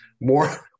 more